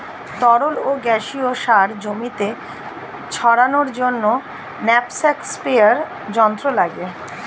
তরল ও গ্যাসীয় সার জমিতে ছড়ানোর জন্য ন্যাপস্যাক স্প্রেয়ার যন্ত্র লাগে